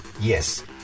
Yes